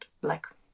black